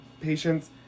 patients